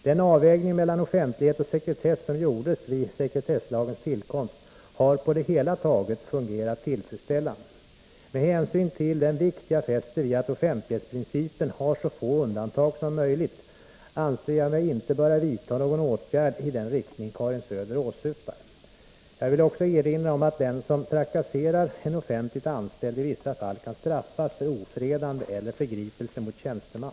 Den avvägning mellan offentlighet och sekretess som gjordes vid sekretesslagens tillkomst har på det hela taget fungerat tillfredsställande. Med hänsyn till den vikt jag fäster vid att offentlighetsprincipen har så få undantag som möjligt anser jag mig inte böra vidta någon åtgärd i den riktning Karin Söder åsyftar. Jag vill också erinra om att den som trakasserar en offentligt anställd i vissa fall kan straffas för ofredande eller förgripelse mot tjänsteman.